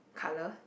colour